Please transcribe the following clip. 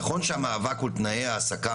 נכון שהמאבק הוא על תנאי העסקה,